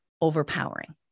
overpowering